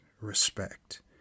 respect